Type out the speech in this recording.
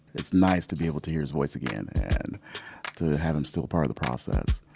it's nice to be able to hear his voice again and and to have him still part of the process.